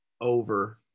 over